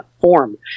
form